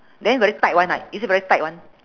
then very tight [one] ah is it very tight [one]